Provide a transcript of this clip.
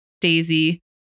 Daisy